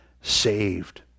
saved